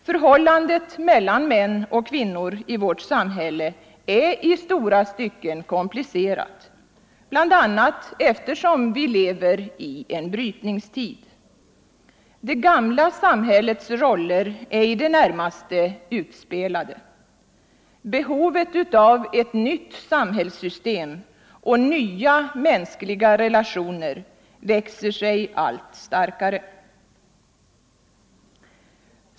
Förhållandet mellan män och kvinnor i vårt samhälle är i stora stycken komplicerat, bl.a. på grund av att vi lever i en brytningstid. Det gamla samhällets roller är i det närmaste utspelade. Behovet av ett nytt samhällssystem och av nya mänskliga relationer växer sig allt starkare.